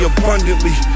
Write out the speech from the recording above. abundantly